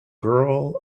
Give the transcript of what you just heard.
girl